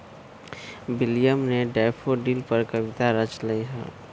William ने daffodil पर कविता रच लय है